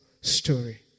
story